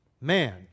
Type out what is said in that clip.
man